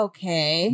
Okay